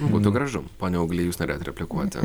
būnu gražu pone auglį jūs norėjot replikuoti